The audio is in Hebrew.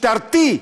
משטרתי,